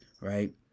right